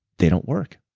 they don't work.